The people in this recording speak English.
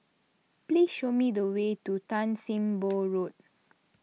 please show me the way to Tan Sim Boh Road